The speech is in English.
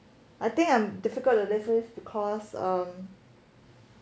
I think I'm difficult to live with because um